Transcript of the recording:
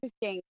interesting